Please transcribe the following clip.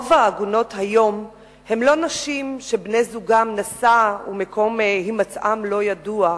רוב העגונות היום הן לא נשים שבן-זוגן נסע ומקום הימצאו לא ידוע,